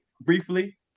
briefly